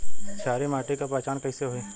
क्षारीय माटी के पहचान कैसे होई?